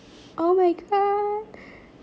oh my god